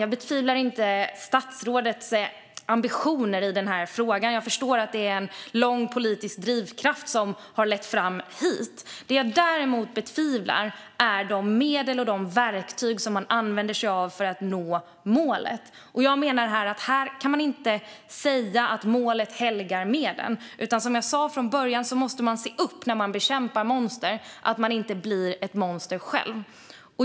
Jag betvivlar heller inte statsrådets ambitioner i denna fråga; jag förstår att det är en långvarig politisk drivkraft som har lett fram hit. Det jag däremot betvivlar är de medel och de verktyg som man använder sig av för att nå målet. Jag menar att man här inte kan säga att målet helgar medlen, utan som jag sa från början måste man se upp när man bekämpar monster så att man inte blir ett monster själv.